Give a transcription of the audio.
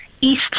east